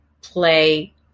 play